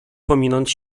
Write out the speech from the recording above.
pominąć